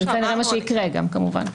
וזה מה שיקרה גם כמובן.